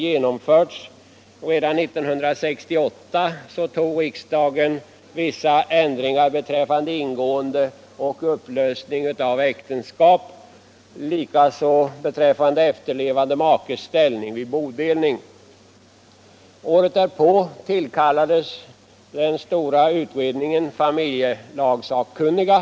Redan 1968 beslöt riksdagen vissa ändringar beträffande ingående och upplösning av äktenskap, likaså beträffande efterlevande makes ställning vid bedolning. Året därpå tillkallades den stora utredningen familjelagssakkunniga.